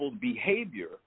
behavior